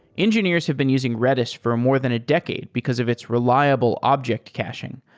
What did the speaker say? engineers have been using redis for more than a decade because of its reliable object caching,